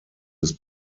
his